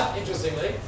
interestingly